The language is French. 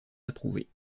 approuvés